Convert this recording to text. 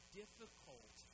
difficult